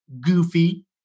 goofy